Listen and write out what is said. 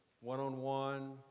one-on-one